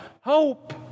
hope